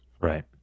right